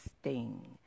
sting